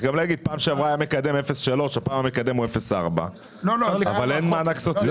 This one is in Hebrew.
בפעם שעברה היה מקדם 0.3 והפעם המקדם הוא 0.4 אבל אין מענק סוציאלי.